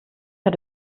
hat